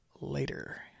later